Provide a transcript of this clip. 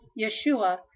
Yeshua